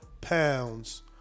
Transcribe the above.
pounds